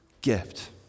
gift